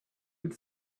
and